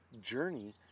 journey